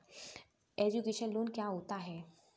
Education loan क्या होता है?